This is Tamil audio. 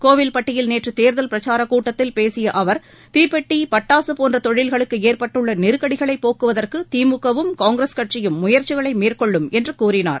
கோவில்பட்டியில் நேற்று தேர்தல் பிரச்சாரக் கூட்டத்தில் பேசிய அவர் தீப்பெட்டி பட்டாசு போன்ற தொழில்களுக்கு ஏற்பட்டுள்ள நெருக்கடிகளை போக்குவதற்கு திமுகவும் காங்கிரஸ் கட்சியும் முயற்சிகளை மேற்கொள்ளும் என்று கூறினார்